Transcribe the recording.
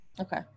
Okay